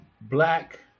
Black